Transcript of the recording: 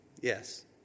Yes